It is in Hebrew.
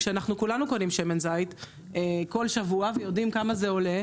כשאנחנו כולנו קונים שמן זית כל שבוע ויודעים כמה זה עולה,